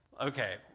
Okay